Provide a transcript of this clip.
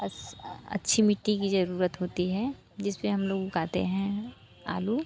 अस अच्छी मिट्टी की ज़रूरत होती हैं जिस पर हम लोग उगाते हैं आलू